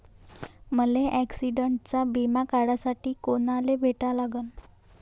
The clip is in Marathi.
मले ॲक्सिडंटचा बिमा काढासाठी कुनाले भेटा लागन?